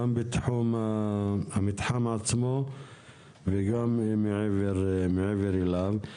גם בתחום המתחם עצמו וגם מעבר אליו.